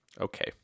Okay